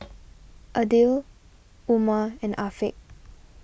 Aidil Umar and Afiq